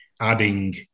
adding